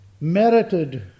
merited